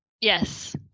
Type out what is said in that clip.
Yes